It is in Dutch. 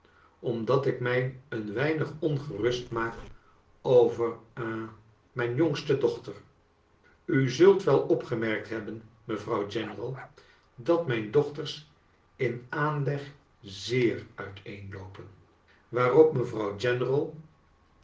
omdat ik mij een weinig ongerust maak over ha mijn jongste dochter u zult wel opgemerkt hebben mevrouw general dat mijn dochters in aanleg zeer uiteenloopen waarop mevrouw general